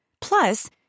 Plus